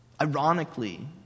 Ironically